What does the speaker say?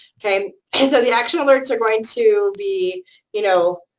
okay? and so the action alerts are going to be you know,